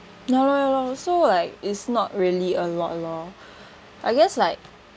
ya lor ya lor also like it's not really a lot lor I guess like